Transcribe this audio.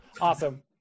Awesome